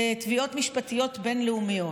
לתביעות משפטיות בין-לאומיות,